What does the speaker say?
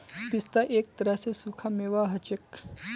पिस्ता एक तरह स सूखा मेवा हछेक